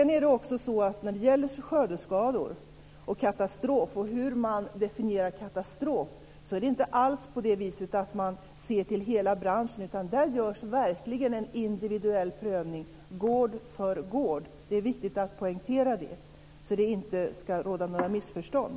När det gäller skördeskador och hur man definierar katastrof är det inte alls så att man ser till hela branschen. Där görs verkligen en individuell prövning gård för gård. Det är viktigt att poängtera det så att det inte ska råda några missförstånd.